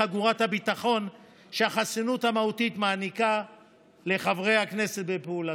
חגורת הביטחון שהחסינות המהותית מעניקה לחברי הכנסת בפעולתם.